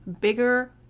bigger